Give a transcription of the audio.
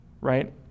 right